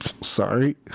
sorry